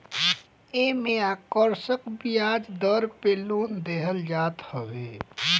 एमे आकर्षक बियाज दर पे लोन देहल जात हवे